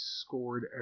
scored